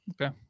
okay